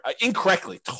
incorrectly